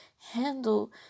handle